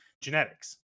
genetics